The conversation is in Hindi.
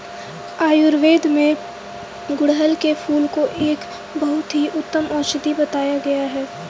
आयुर्वेद में गुड़हल के फूल को एक बहुत ही उत्तम औषधि बताया गया है